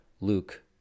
Luke